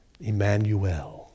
Emmanuel